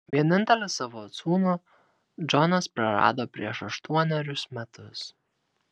vienintelį savo sūnų džonas prarado prieš aštuonerius metus